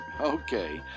Okay